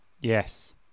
Yes